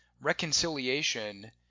reconciliation